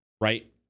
right